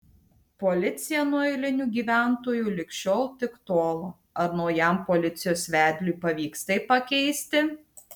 policija nuo eilinių gyventojų lig šiol tik tolo ar naujam policijos vedliui pavyks tai pakeisti